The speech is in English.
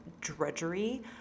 drudgery